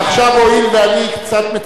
הואיל ואני קצת מצונן,